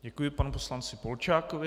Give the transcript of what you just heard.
Děkuji panu poslanci Polčákovi.